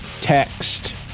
text